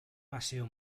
paseo